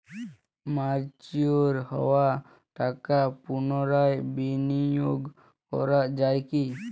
Mature হওয়া টাকা পুনরায় বিনিয়োগ করা য়ায় কি?